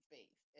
Faith